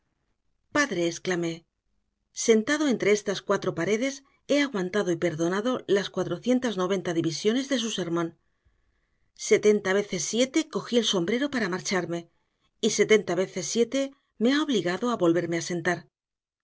imperdonable padre exclamé sentado entre estas cuatro paredes he aguantado y perdonado las cuatrocientas noventa divisiones de su sermón setenta veces siete cogí el sombrero para marcharme y setenta veces siete me ha obligado a volverme a sentar